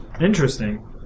Interesting